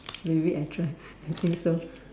maybe I try I think so